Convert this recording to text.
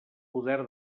poder